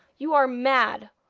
you are mad!